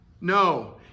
No